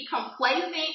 complacent